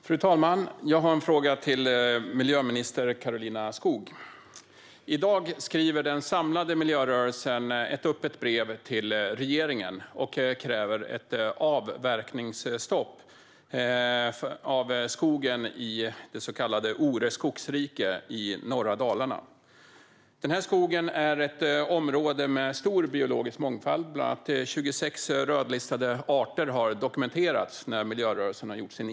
Fru talman! Jag har en fråga till miljöminister Karolina Skog. I dag skriver den samlade miljörörelsen ett öppet brev till regeringen och kräver ett avverkningsstopp av skogen i det så kallade Ore skogsrike i norra Dalarna. Den skogen är ett område med stor biologisk mångfald. Miljörörelsen har, vid en egen inventering, dokumenterat bland annat 26 rödlistade arter.